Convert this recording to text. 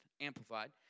amplified